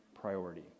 priority